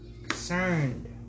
Concerned